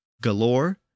galore